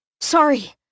Sorry